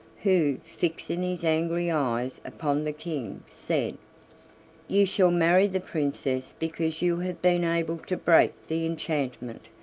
who, fixing his angry eyes upon the king, said you shall marry the princess because you have been able to break the enchantment,